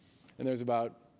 and there was about